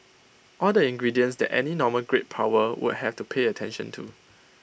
all the ingredients that any normal great power would have to pay attention to